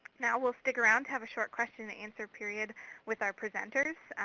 now we'll stick around to have a short question and answer period with our presenters.